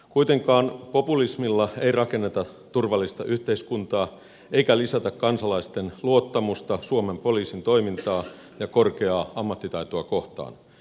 kuitenkaan populismilla ei rakenneta turvallista yhteiskuntaa eikä lisätä kansalaisten luottamusta suomen poliisin toimintaa ja korkeaa ammattitaitoa kohtaan